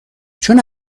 چون